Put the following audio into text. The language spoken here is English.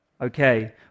Okay